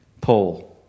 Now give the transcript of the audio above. Paul